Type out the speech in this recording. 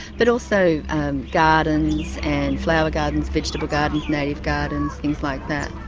but also gardens and flower gardens, vegetable gardens, native gardens, things like that.